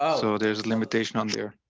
ah so there's limitation on there.